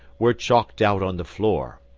were chalked out on the floor,